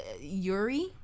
Yuri